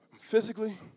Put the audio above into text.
physically